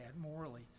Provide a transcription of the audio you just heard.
morally